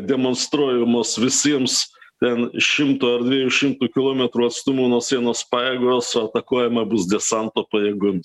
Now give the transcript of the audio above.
demonstruojamos visiems ten šimto ar dviejų šimtų kilometrų atstumu nuo sienos pajėgos o atakuojama bus desanto pajėgomis